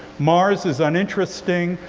mars is uninteresting.